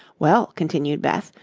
well, continued beth,